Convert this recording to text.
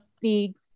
big